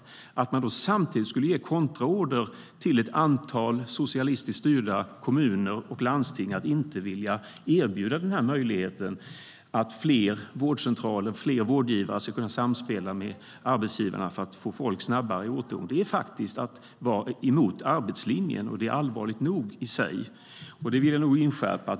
Att då samtidigt ge kontraorder till ett antal socialistiskt styrda kommuner och landsting att inte vilja erbjuda den möjligheten - att fler vårdcentraler och fler vårdgivare ska kunna samspela med arbetsgivarna för att få folk att återgå snabbare - är faktiskt att vara emot arbetslinjen. Det är allvarligt nog - det vill jag nog inskärpa.